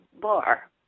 bar